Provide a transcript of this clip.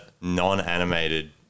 non-animated